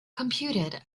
computed